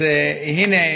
הנה,